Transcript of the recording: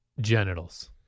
genitals